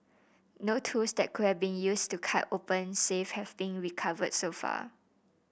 no tools that could have been used to cut open safe have been recovered so far